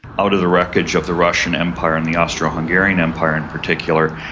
out of the wreckage of the russian empire and the austro-hungarian empire in particular,